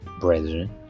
brethren